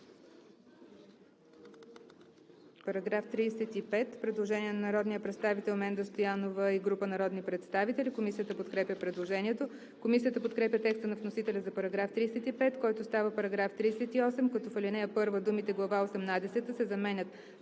По § 35 има предложение на народния представител Менда Стоянова и група народни представители. Комисията подкрепя предложението. Комисията подкрепя текста на вносителя за § 35, който става § 38, като в ал. 1 думите „глава осемнадесета“